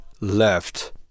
left